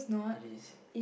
it is